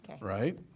right